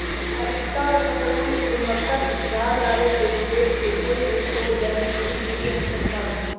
उत्पादकता और फसलवन के गुणवत्ता में सुधार लावे के उद्देश्य से कोई भी शोध गतिविधि कृषि अनुसंधान हई